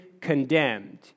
Condemned